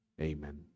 Amen